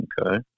okay